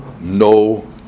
no